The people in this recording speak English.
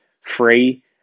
free